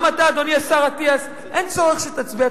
גם אתה, אדוני השר אטיאס, אין צורך שתצביע.